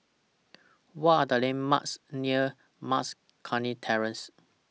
What Are The landmarks near Mas Kuning Terrace